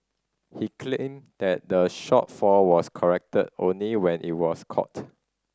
he claimed that the shortfall was corrected only when it was caught